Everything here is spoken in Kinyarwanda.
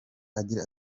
agira